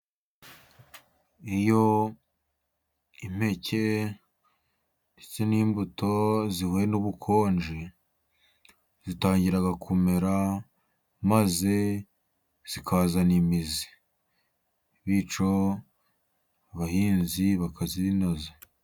Iyo impeke ndetse n'imbuto zihuye n'ubukonje zitangira kumera, maze zikazana imizi, bityo abahinzi bakazinoza.